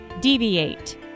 deviate